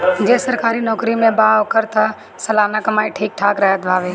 जे सरकारी नोकरी में बा ओकर तअ सलाना कमाई ठीक ठाक रहत हवे